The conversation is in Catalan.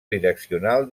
direccional